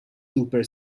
super